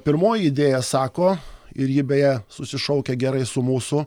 pirmoji idėja sako ir ji beje susišaukia gerai su mūsų